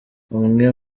umwe